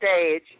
stage